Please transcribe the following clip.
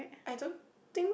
I don't think